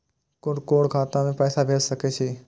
कुन कोण खाता में पैसा भेज सके छी?